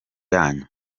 yanyu